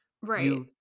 right